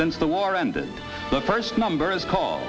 since the war ended the first numbers call